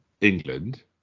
England